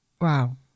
wow